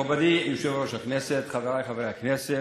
מכובדי היושב-ראש, חבריי חברי הכנסת,